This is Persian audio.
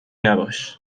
نباش